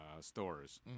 stores